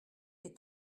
est